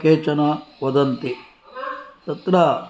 केचन वदन्ति तत्र